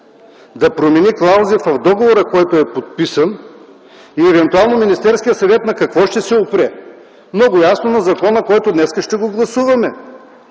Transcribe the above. да промени клаузи в договора, който е подписан. И Министерският съвет на какво ще се опре? Много ясно – на закона, който днес ще гласуваме.